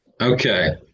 Okay